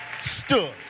stood